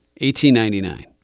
1899